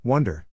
Wonder